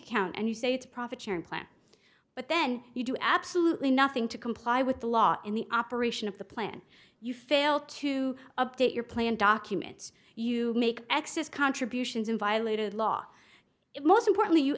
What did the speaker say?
page count and you say it's profit sharing plan but then you do absolutely nothing to comply with the law in the operation of the plan you fail to update your plan documents you make excess contributions in violated law most importantly you